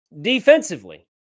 Defensively